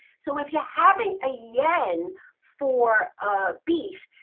so if you're having a yen for beef,